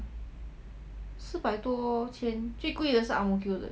四百多千最贵的是 ang mo kio 的